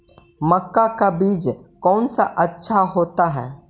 मक्का का बीज कौन सा अच्छा होता है?